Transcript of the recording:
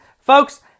folks